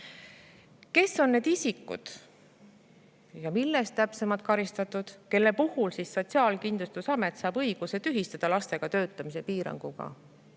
Kes on need isikud ja milles on täpsemalt karistatud neid, kelle puhul saab Sotsiaalkindlustusamet õiguse tühistada lastega töötamise piirangu?